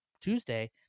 tuesday